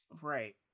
Right